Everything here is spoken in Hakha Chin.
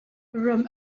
ram